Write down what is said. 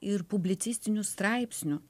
ir publicistinių straipsnių